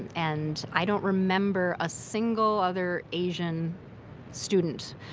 and i don't remember a single other asian student